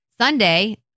Sunday